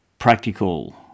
practical